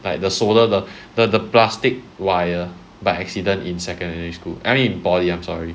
like the solder the the the plastic wire by accident in secondary school I mean in poly I'm sorry